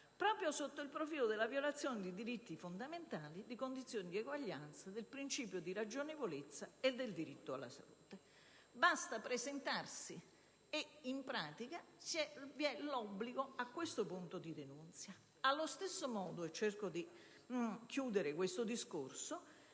proprio sotto il profilo della violazione di diritti fondamentali, di condizioni di uguaglianza, del principio di ragionevolezza e del diritto alla salute. Basta presentarsi e, in pratica, vi è l'obbligo di denunzia. Allo stesso modo, e cerco di chiudere questo discorso,